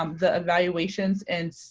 um the evaluations and